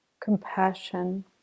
compassion